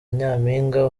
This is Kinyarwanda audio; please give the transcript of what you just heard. nyampinga